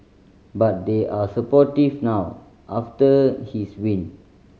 but they are supportive now after his win